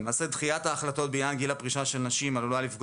דחיית ההחלטות בעניין גיל הפרישה של נשים עלולה לפגוע